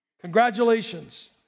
congratulations